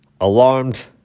alarmed